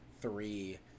three